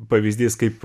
pavyzdys kaip